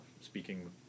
speaking